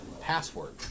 password